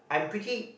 I'm pretty